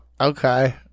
okay